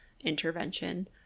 intervention